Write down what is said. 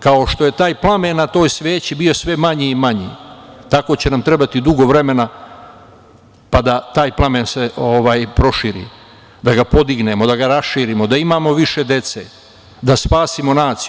kao što je taj plamen na toj sveći bio sve manji i manji, tako će nam trebati dugo vremena da se taj plamen proširi, da ga podignemo, da ga raširimo, da imamo više dece, da spasimo naciju.